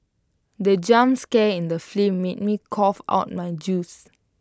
the jump scare in the film made me cough out my juice